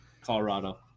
Colorado